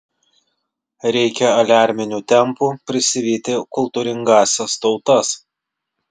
reikia aliarminiu tempu prisivyti kultūringąsias tautas